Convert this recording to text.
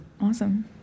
Awesome